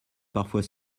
parfois